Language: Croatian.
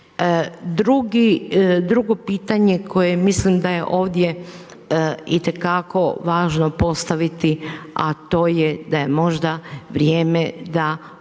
Drugo pitanje koje mislim da je ovdje itekako važno postaviti, a to je da je možda vrijeme da